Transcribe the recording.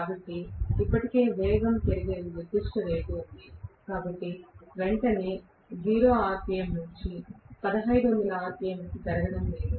కానీ ఇప్పటికీ వేగం పెరిగే నిర్దిష్ట రేటు ఉంది ఇది వెంటనే 0 rpm నుండి 1500 rpm కి పెరగడం లేదు